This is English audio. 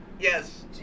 Yes